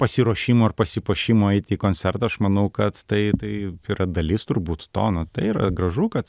pasiruošimo ir pasipuošimo eiti į koncertą aš manau kad tai tai yra dalis turbūt tono tai yra gražu kad